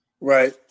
Right